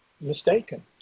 mistaken